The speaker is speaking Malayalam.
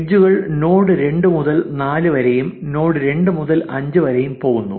എഡ്ജ്കൾ നോഡ് 2 മുതൽ 4 വരെയും നോഡ് 2 മുതൽ 5 വരെയും പോകുന്നു